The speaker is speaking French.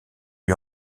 lui